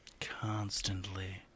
Constantly